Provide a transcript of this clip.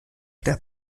der